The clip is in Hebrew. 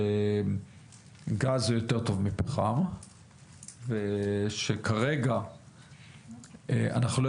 שגז הוא יותר טוב מפחם ושכרגע אנחנו לא